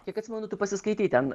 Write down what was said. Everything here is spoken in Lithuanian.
kiek atsimenu tu pasiskaitei ten